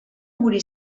morir